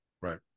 right